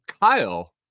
Kyle